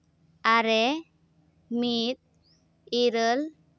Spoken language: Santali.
ᱟᱨᱮ ᱢᱤᱫ ᱤᱨᱟᱹᱞ